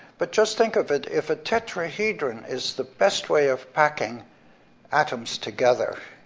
but just think of it, if a tetrahedron is the best way of packing atoms together,